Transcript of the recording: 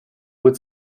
would